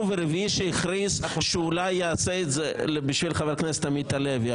ורביעי שהכריז שאולי הוא יעשה את זה בשביל חבר הכנסת עמית הלוי.